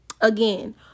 Again